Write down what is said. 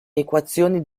equazioni